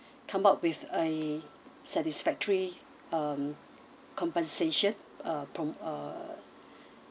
come up with a satisfactory um compensation uh p~ uh